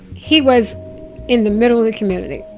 he was in the middle of the community.